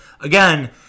again